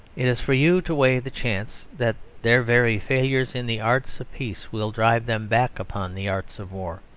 it is for you to weigh the chance that their very failures in the arts of peace will drive them back upon the arts of war.